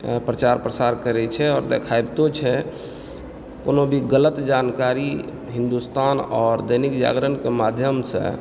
प्रचार प्रसार करै छै आओर देखैबतो छै कोनो भी गलत जानकारी हिन्दुस्तान आओर दैनिक जागरण के माध्यम से